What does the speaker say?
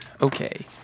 Okay